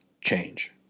change